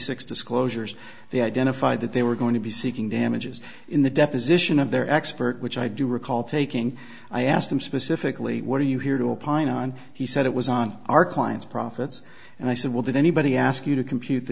six disclosures they identified that they were going to be seeking damages in the deposition of their expert which i do recall taking i asked them specifically what are you here to opine on he said it was on our client's profits and i said well did anybody ask you to compute